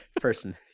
person